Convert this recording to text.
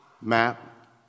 map